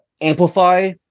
amplify